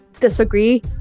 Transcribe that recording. disagree